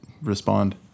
respond